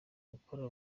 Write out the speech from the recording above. gukora